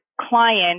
client